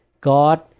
God